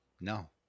No